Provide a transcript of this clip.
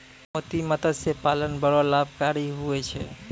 मोती मतस्य पालन बड़ो लाभकारी हुवै छै